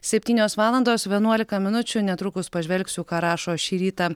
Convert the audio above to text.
septynios valandos vienuolika minučių netrukus pažvelgsiu ką rašo šį rytą